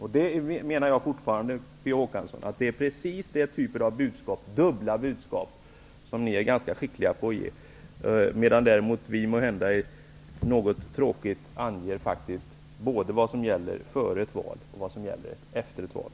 Jag anser fortfarande, P O Håkansson, att det är den typen av dubbla budskap som ni är ganska skickliga på att föra ut, medan vi anger vad som gäller både före och efter ett val.